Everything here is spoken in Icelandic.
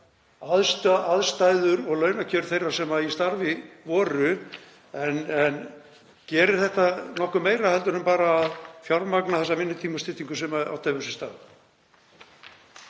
aðstæður og launakjör þeirra sem í starfi voru en gerir þetta nokkuð meira heldur en bara að fjármagna þessa vinnutímastyttingu sem átt hefur sér stað?